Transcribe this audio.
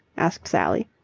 asked sally.